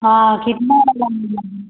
हाँ कितना वाला लेना है